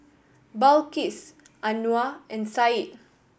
Balqis Anuar and Syed